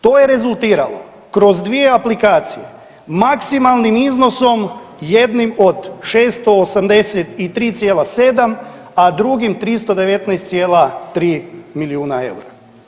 To je rezultiralo kroz dvije aplikacije maksimalnim iznosom jednim od 680 i 3,7 a drugim 319,3 milijuna eura.